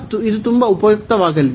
ಮತ್ತು ಇದು ತುಂಬಾ ಉಪಯುಕ್ತವಾಗಲಿದೆ